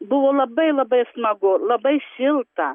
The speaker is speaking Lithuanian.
buvo labai labai smagu labai šilta